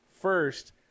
first